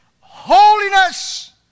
holiness